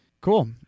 Cool